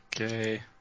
Okay